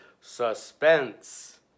Suspense